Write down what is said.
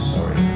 Sorry